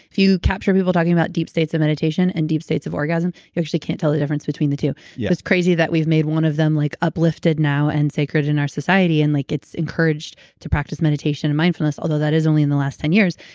if you capture people talking about deep states of meditation and deep states of orgasm, you actually can't tell the difference between the two. yeah. it's crazy that we've made one of them like uplifted now and sacred in our society and like it's encouraged to practice meditation and mindfulness, although that is only in the last ten years.